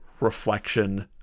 reflection